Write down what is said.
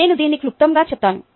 నేను దీన్ని క్లుప్తంగా చెప్తాను